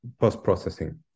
post-processing